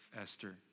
Esther